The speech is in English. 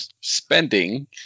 spending